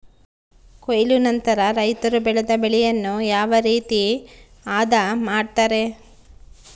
ಕೊಯ್ಲು ನಂತರ ರೈತರು ಬೆಳೆದ ಬೆಳೆಯನ್ನು ಯಾವ ರೇತಿ ಆದ ಮಾಡ್ತಾರೆ?